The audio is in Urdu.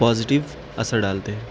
پازیٹیو اثر ڈالتے ہیں